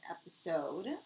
episode